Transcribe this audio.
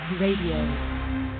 Radio